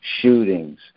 shootings